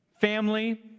family